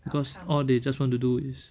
because all they just want to do is